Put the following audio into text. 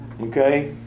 Okay